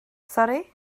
sori